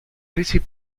crisis